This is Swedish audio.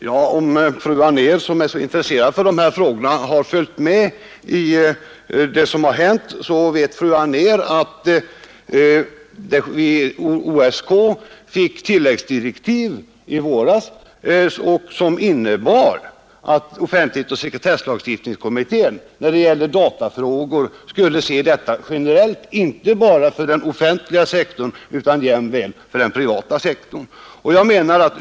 Herr talman! Om fru Anér. som är så intresserad av de här frågorna, har följt med i det som hänt vet hon att OSK fick tilläggsdirektiv i våras, som innebar att offenwlighetsoch sekretesslagstiftningskommittén när det gällde datafrågor skulle se det hela generellt, inte bara för den offentliga sektorn utan jämväl för den privata.